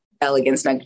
elegance